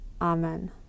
Amen